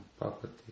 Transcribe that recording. property